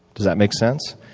does that make sense?